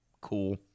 Cool